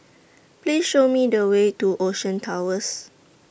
Please Show Me The Way to Ocean Towers